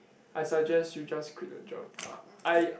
I suggest you just quit the job I